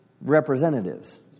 representatives